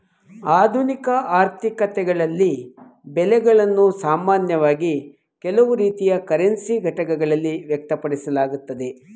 ಆಧುನಿಕ ಆರ್ಥಿಕತೆಗಳಲ್ಲಿ ಬೆಲೆಗಳನ್ನು ಸಾಮಾನ್ಯವಾಗಿ ಕೆಲವು ರೀತಿಯ ಕರೆನ್ಸಿಯ ಘಟಕಗಳಲ್ಲಿ ವ್ಯಕ್ತಪಡಿಸಲಾಗುತ್ತೆ